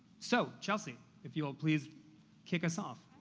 so, chelsea, if you'll please kick us off.